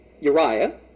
Uriah